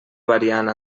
variant